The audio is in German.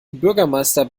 bürgermeister